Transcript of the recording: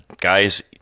Guys